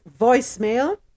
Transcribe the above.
voicemail